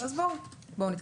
אז בואו נתקדם.